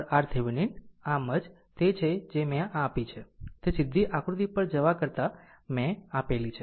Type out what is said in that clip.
આમ આમ જ આ તે છે જે મેં આ આપી છે તે સીધી આકૃતિ પર જવા કરતાં મેં આપેલી છે